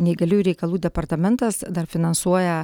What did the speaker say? neįgaliųjų reikalų departamentas finansuoja